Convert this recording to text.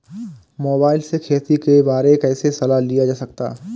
Mobile से खेती के बारे कैसे सलाह लिया जा सकता है?